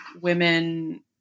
women